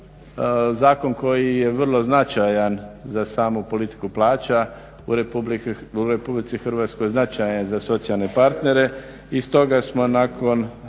Zakon koji je vrlo značajan za samu politiku plaća u RH, značajan za socijalne partnere